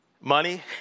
money